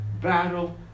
battle